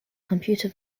computer